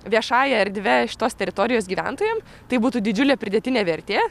viešąja erdve šitos teritorijos gyventojam tai būtų didžiulė pridėtinė vertė